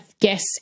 guess